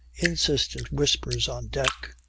insistent whispers on deck.